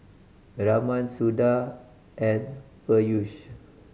Raman Suda and Peyush